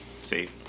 See